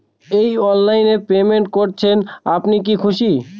এই অনলাইন এ পেমেন্ট করছেন আপনি কি খুশি?